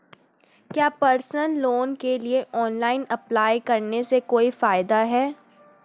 क्या personal loan के लिए ऑनलाइन अप्लाई करने से कोई फायदा है?